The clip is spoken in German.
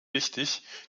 wichtig